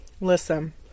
Listen